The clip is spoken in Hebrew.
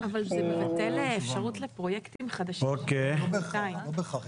אבל זה מבטל אפשרות לפרויקטים חדשים --- לא בהכרח.